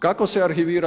Kako se arhivira?